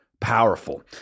powerful